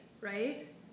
right